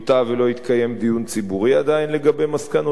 לא התקיים דיון ציבורי לגבי מסקנותיה,